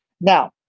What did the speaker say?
Now